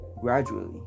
gradually